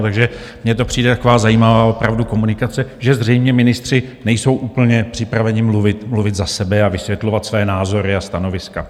Takže mně to přijde taková zajímavá opravdu komunikace, že zřejmě ministři nejsou úplně připraveni mluvit, mluvit za sebe a vysvětlovat své názory a stanoviska.